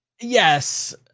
yes